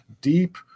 deep